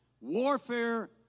Warfare